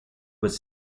would